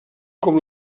com